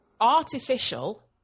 artificial